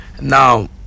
Now